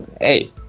hey